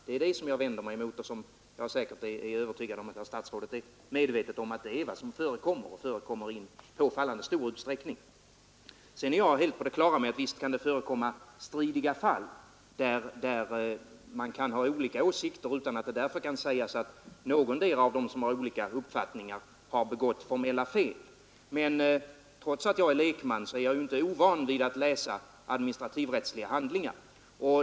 Det är det som jag vänder mig emot, och jag är övertygad om att statsrådet är medveten om att det är vad som förekommer — och förekommer i påfallande stor utsträckning. Sedan är jag helt på det klara med att visst kan det förekomma stridiga fall där man kan ha olika uppfattningar utan att det därför kan sägas att någondera av dem som har olika uppfattningar har begått formella fel. Men trots att jag är lekman är jag inte ovan vid att läsa administrivrättsliga handlingar.